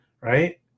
right